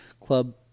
club